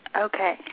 Okay